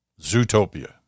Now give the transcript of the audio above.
Zootopia